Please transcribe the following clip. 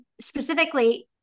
specifically